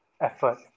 effort